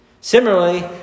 Similarly